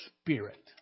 spirit